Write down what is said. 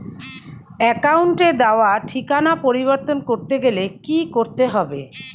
অ্যাকাউন্টে দেওয়া ঠিকানা পরিবর্তন করতে গেলে কি করতে হবে?